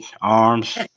arms